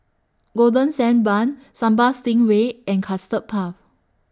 Golden Sand Bun Sambal Stingray and Custard Puff